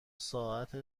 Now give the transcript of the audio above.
ساعت